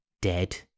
dead